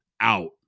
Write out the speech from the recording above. out